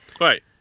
Right